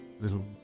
little